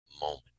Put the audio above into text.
moment